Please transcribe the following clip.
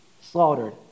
slaughtered